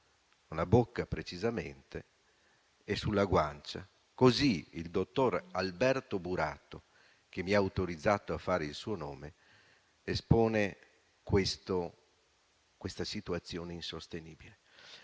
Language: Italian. sulla bocca e sulla guancia. Il dottor Alberto Burato - che mi ha autorizzato a fare il suo nome - espone questa situazione insostenibile.